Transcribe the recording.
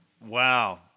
Wow